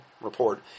report